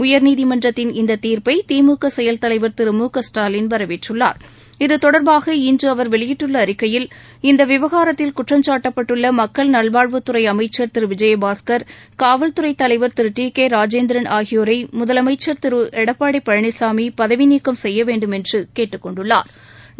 உயர்நீதிமன்றத்தின் இந்த தீர்ப்பை திமுக செயல் தலைவர் திரு மு க ஸ்டாலின் வரவேற்றுள்ளார் இது தொடர்பாக இன்று அவர் வெளியிட்டுள்ள அறிக்கையில் இந்த விவகாரத்தில் குற்றம்சாட்டப்பட்டுள்ள மக்கள் நல்வாழ்வுத்துறை அமைச்சா் திரு விஜயபாஸ்கா் காவல்துறை தலைவா் திரு டி கே ராஜேந்திரன் முதலமைச்சர் திரு எடப்பாடி பழனிசாமி பதவிநீக்கம் செய்ய வேண்டுமென்று ஆகியோரை கேட்டுக் கொண்டுள்ளா்